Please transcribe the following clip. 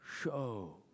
Show